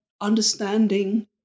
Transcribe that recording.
understanding